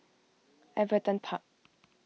Everton Park